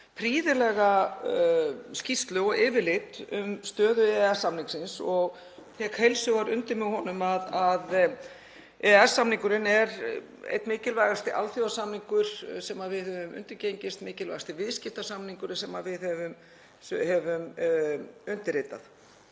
prýðilega skýrslu og yfirlit um stöðu EES-samningsins. Ég tek heils hugar undir með honum að EES-samningurinn er einn mikilvægasti alþjóðasamningur sem við höfum undirgengist, mikilvægasti viðskiptasamningur sem við höfum undirritað.